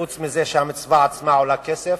חוץ מזה שהמצווה עצמה עולה כסף.